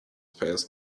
passed